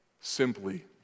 simply